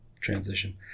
transition